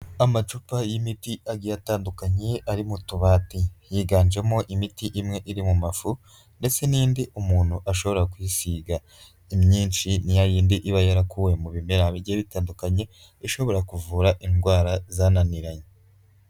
Amacupa y'imiti agiye atandukanye ari mu tubati. Yiganjemo imiti imwe iri mu mafu, ndetse n'indi umuntu ashobora kwisiga. Imyinshi ni yayindi iba yarakuwe mu bimera bigiye bitandukanye, ishobora kuvura indwara zananiranye.